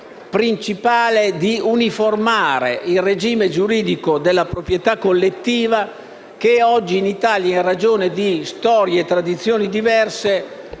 funzione principale di uniformare il regime giuridico della proprietà collettiva che oggi in Italia, in ragione di storie e tradizioni diverse,